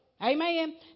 Amen